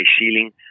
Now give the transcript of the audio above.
ceiling